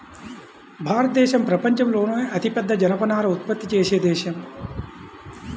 భారతదేశం ప్రపంచంలోనే అతిపెద్ద జనపనార ఉత్పత్తి చేసే దేశం